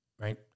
right